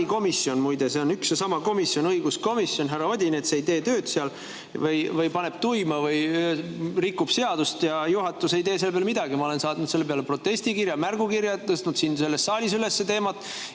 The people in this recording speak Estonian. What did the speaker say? sarikomisjon, muide, see on üks ja sama komisjon: õiguskomisjon. Härra Odinets ei tee tööd seal, paneb tuima või rikub seadust ja juhatus ei tee selle peale midagi. Ma olen saatnud protestikirja, märgukirja, tõstnud siin selles saalis üles teema.